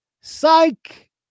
Psych